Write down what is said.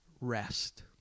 rest